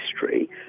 history